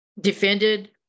defended